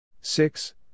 six